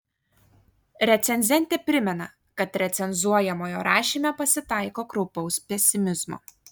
recenzentė primena kad recenzuojamojo rašyme pasitaiko kraupaus pesimizmo